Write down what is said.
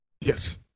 Yes